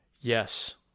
Yes